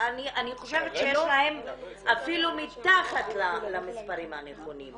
אני חושבת שיש להם אפילו מתחת למספרים הנכונים.